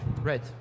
Red